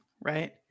right